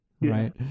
Right